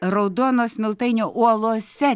raudono smiltainio uolose